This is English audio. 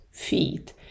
feet